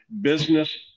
business